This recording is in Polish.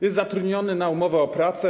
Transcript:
Jest zatrudniony na umowę o pracę.